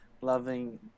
loving